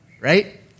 right